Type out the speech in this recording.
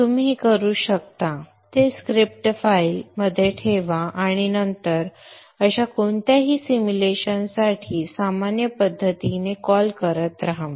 तुम्ही हे करू शकता ते स्क्रिप्ट फाइल मध्ये ठेवा आणि नंतर अशा कोणत्याही सिम्युलेशनसाठी सामान्य पद्धतीने कॉल करत रहा